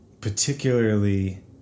particularly